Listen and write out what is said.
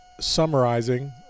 summarizing